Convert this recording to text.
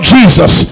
Jesus